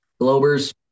Globers